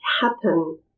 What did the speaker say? happen